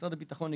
משרד הביטחון,